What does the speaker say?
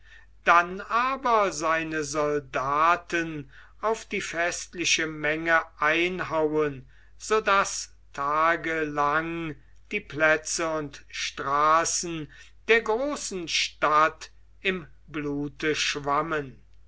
dann aber seine soldaten auf die festliche menge einhauen so daß tage lang die plätze und straßen der großen stadt im blute schwammen